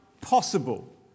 possible